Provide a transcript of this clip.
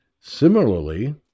Similarly